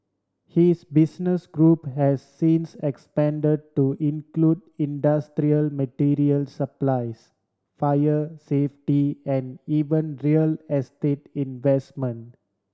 his business group has since expand to include industrial material supplies fire safety and even real estate investment